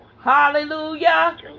Hallelujah